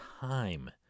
time